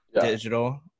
digital